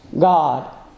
God